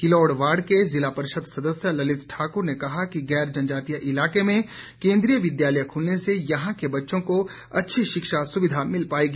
Kilod ward के जिला परिषद सदस्य ललित ठाकुर ने कहा कि गैर जनजातीय इलाके में केंद्रीय विद्यालय खुलने से यहां के बच्चों को अच्छी शिक्षा सुविधा मिल पायेगी